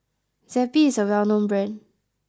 Zappy is a well known brand